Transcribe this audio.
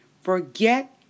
forget